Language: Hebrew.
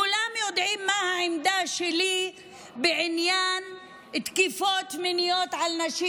כולם יודעים מה העמדה שלי בעניין תקיפות מיניות של נשים.